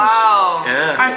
Wow